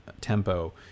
tempo